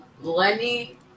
Lenny